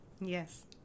yes